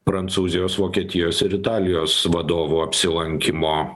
prancūzijos vokietijos ir italijos vadovų apsilankymo